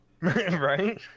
right